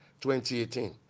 2018